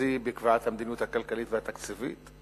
מרכזי בקביעת המדיניות הכלכלית והתקציבית.